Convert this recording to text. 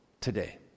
today